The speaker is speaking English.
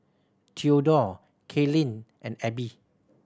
Theodore Kaylin and Abby